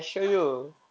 !huh!